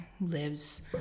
lives